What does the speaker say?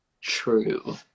true